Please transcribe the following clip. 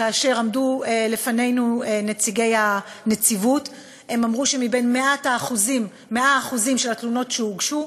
כאשר עמדו לפנינו נציגי הנציבות הם אמרו שמ-100% התלונות שהוגשו,